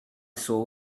saw